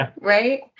right